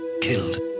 killed